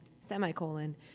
semicolon